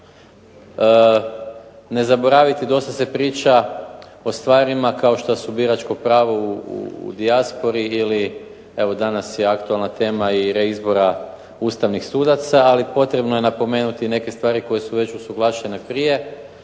ne zaboravite dosta se priča o stvari kao što su biračko pravo u dijaspori ili evo danas je aktualna tema i reizbora ustavnih sudaca, ali potrebno je napomenuti neke stvari koje su već usuglašene prije,